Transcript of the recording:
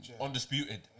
undisputed